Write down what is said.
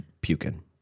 puking